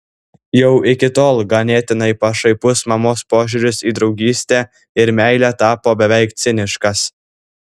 jau iki tol ganėtinai pašaipus mamos požiūris į draugystę ir meilę tapo beveik ciniškas